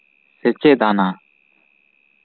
ᱥᱮᱪᱮᱫ ᱟᱱᱟ